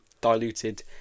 diluted